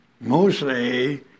mostly